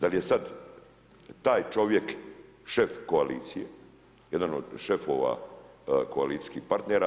Da li je sad taj čovjek šef koalicije, jedan od šefova koalicijskih partnera?